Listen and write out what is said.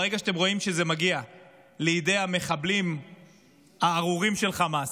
ברגע שאתם רואים שזה מגיע לידי המחבלים הארורים של חמאס,